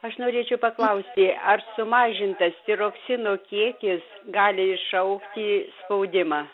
aš norėčiau paklausti ar sumažintas tiroksino kiekis gali iššaukti spaudimą